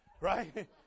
Right